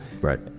Right